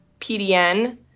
PDN